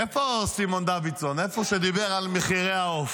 איפה סימון דוידסון, שדיבר על מחירי העוף?